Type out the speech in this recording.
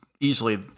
Easily